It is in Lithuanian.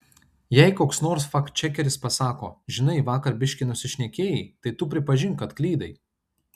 jei koks nors faktčekeris pasako žinai vakar biškį nusišnekėjai tai tu pripažink kad klydai